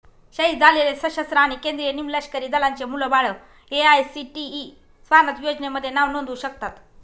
शहीद झालेले सशस्त्र आणि केंद्रीय निमलष्करी दलांचे मुलं बाळं ए.आय.सी.टी.ई स्वानथ योजनेमध्ये नाव नोंदवू शकतात